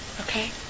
okay